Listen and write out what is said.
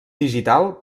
digital